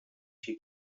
she